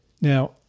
Now